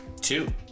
Two